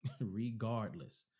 regardless